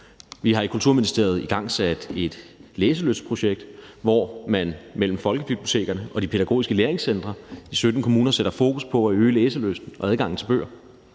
Vi har i Kulturministeriet igangsat et læselystprojekt, hvor man mellem folkebibliotekerne og de pædagogiske læringscentre i 17 kommuner sætter fokus på at øge læselysten og adgangen til bøger.